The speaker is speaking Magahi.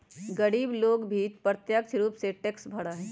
गरीब लोग भी अप्रत्यक्ष रूप से टैक्स भरा हई